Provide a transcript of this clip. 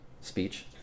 speech